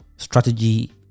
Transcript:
strategy